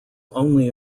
only